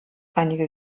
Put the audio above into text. einige